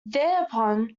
thereupon